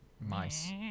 mice